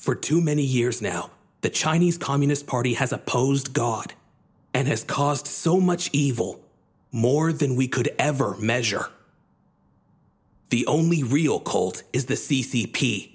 for too many years now the chinese communist party has opposed god and has caused so much evil more than we could ever measure the only real cold is the c c p